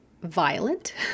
violent